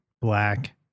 black